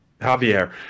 Javier